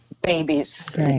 babies